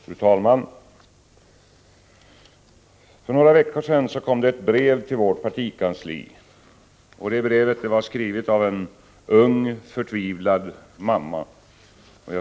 Fru talman! För några veckor sedan kom ett brev till vårt partikansli. Det var skrivet av en ung, förtvivlad mamma.